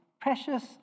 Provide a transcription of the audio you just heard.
precious